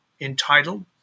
entitled